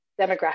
demographic